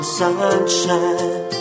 sunshine